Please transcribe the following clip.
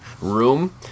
room